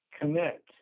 commit